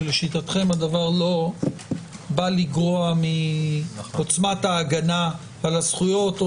שלשיטתכם הדבר לא בא לגרוע מעוצמת ההגנה על הזכויות או